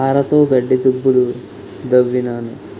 పారతోగడ్డి దుబ్బులు దవ్వినాను